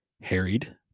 harried